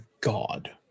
god